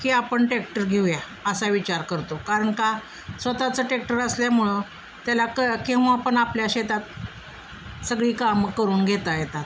की आपण टॅक्टर घेऊया असा विचार करतो कारण का स्वतःचं टेक्टर असल्यामुळं त्याला क केव्हापण आपल्या शेतात सगळी कामं करून घेता येतात